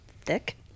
thick